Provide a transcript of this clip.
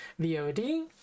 vod